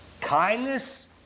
Kindness